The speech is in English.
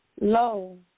Lo